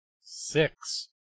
Six